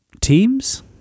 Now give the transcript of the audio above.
Teams